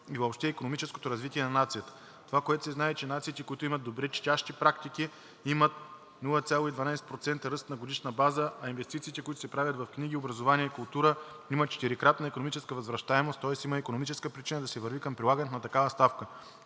и въобще икономическото развитие на нацията. Това, което се знае, е, че нациите, които имат добри четящи практики, имат 0,12% ръст на годишна база, а инвестициите, които се правят в книги, образование и култура, имат четирикратна икономическа възвръщаемост, тоест има и икономическа причина да се върви към прилагането на такава ставка.